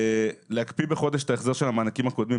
להקפיא בחודש את החזר המענקים הקודמים.